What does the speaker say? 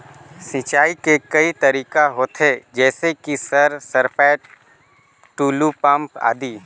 सिंचाई के कई तरीका होथे? जैसे कि सर सरपैट, टुलु पंप, आदि?